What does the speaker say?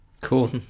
Cool